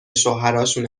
شوهراشون